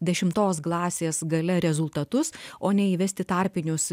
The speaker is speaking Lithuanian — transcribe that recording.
dešimtos klasės gale rezultatus o ne įvesti tarpinius